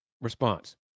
response